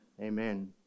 Amen